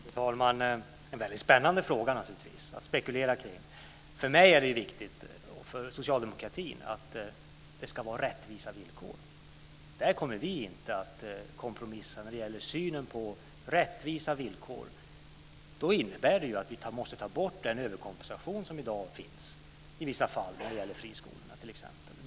Fru talman! Det är naturligtvis en väldigt spännande fråga att spekulera kring. För mig och Socialdemokraterna är det viktigt med rättvisa villkor. Vi kommer inte att kompromissa när det gäller synen på rättvisa villkor. Det innebär att vi måste ta bort den överkompensation som i vissa fall finns i dag när det t.ex. gäller friskolorna.